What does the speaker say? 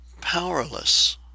powerless